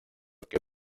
que